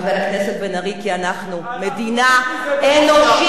חבר הכנסת בן-ארי, כי אנחנו מדינה אנושית.